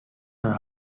her